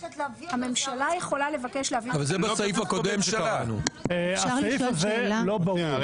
הממשלה יכולה לבקש להביא --- הסעיף הזה לא ברור.